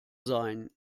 sein